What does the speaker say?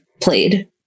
played